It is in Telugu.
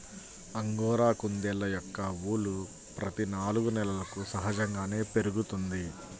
అంగోరా కుందేళ్ళ యొక్క ఊలు ప్రతి నాలుగు నెలలకు సహజంగానే పెరుగుతుంది